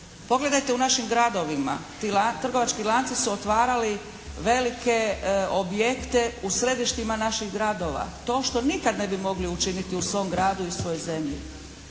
Pogledajte u našim gradovima ti, trgovački lanci su otvarali velike objekte u središtima naših gradova. To što nikad ne bi mogli učiniti u svom gradu i svojoj zemlji.